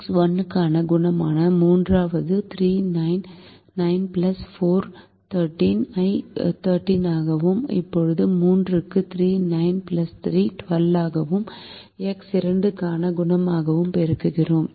X 1 க்கான குணகமாக 3 ஆக 3 9 9 4 13 ஐ 13 ஆகவும் இப்போது 3 க்கு 3 9 3 12 ஆகவும் எக்ஸ் 2 க்கான குணகமாக பெறுகிறோம்